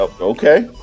okay